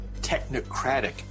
technocratic